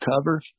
cover